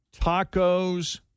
tacos